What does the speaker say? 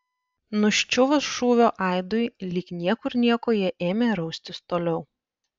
nuščiuvus šūvio aidui lyg niekur nieko jie ėmė raustis toliau